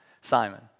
Simon